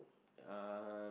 um